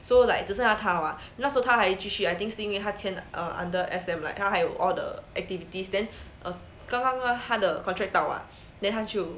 so like 只剩下她 [what] 那时候他还继续 I think 是因为他签 err under S_M like 他还有 all the activities then err 刚刚他的 contract 到 [what] then 他就